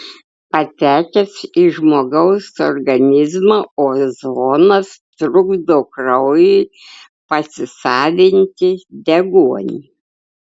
patekęs į žmogaus organizmą ozonas trukdo kraujui pasisavinti deguonį